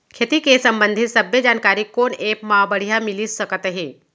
खेती के संबंधित सब्बे जानकारी कोन एप मा बढ़िया मिलिस सकत हे?